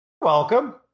Welcome